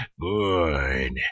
Good